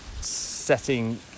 setting